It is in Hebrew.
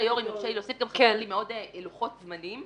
לי להוסיף ולומר שחסר לי מאוד לוחות זמנים.